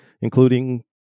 including